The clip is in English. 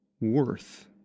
worth